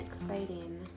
Exciting